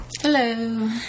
Hello